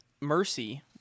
mercy